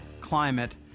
climate